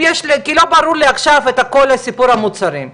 כי לא ברור לי עכשיו כל סיפור המוצרים.